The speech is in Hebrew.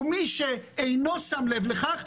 מי שלא שם לב לכך,